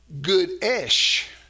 good-ish